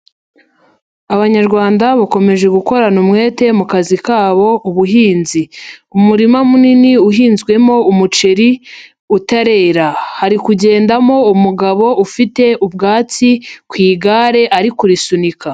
Abanyarwanda bakomeje gukorana umwete mu kazi kabo ubuhinzi. Umurima munini uhinzwemo umuceri utarera. Hari kugendamo umugabo ufite ubwatsi ku igare ari kurisunika.